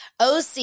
OC